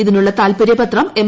ഇതിനുള്ള താൽപര്യ പത്രം എം